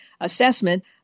assessment